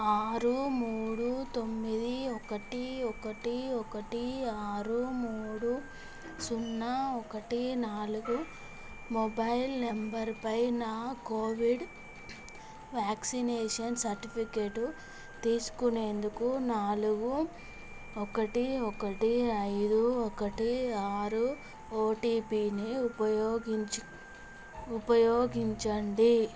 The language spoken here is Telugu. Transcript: ఆరు మూడు తొమ్మిది ఒకటి ఒకటి ఒకటి ఆరు మూడు సున్నా ఒకటి నాలుగు మొబైల్ నంబరుపై నా కోవిడ్ వ్యాక్సినేషన్ సర్టిఫికెట్టు తీసుకునేందుకు నాలుగు ఒకటి ఒకటి ఐదు ఒకటి ఆరు ఓటిపిని ఉపయోగించి ఉపయోగించండి